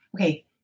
Okay